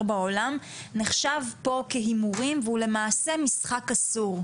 בעולם נחשב פה כהימורים והוא למעשה משחק אסור.